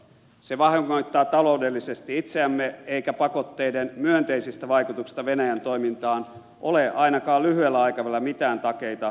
se vahingoittaa taloudellisesti itseämme eikä pakotteiden myönteisistä vaikutuksista venäjän toimintaan ole ainakaan lyhyellä aikavälillä mitään takeita tai edes toiveita